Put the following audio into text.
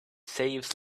saves